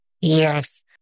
Yes